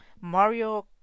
Mario